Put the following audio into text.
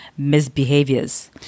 misbehaviors